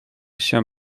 się